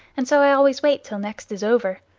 and so i always wait till next is over.